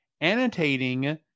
annotating